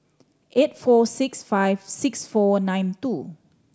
eight four six five six four nine two